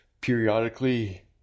periodically